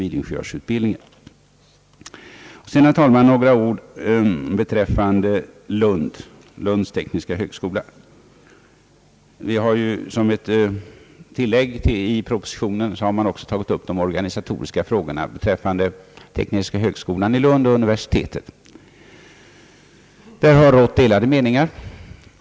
Vidare, herr talman, vill jag säga några ord beträffande den tekniska högskolan i Lund. Som ett tillägg i propositionen har de organisatoriska frågorna för tekniska högskolan i Lund och universitetet tagits upp. Där har rått delade meningar.